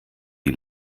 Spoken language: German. die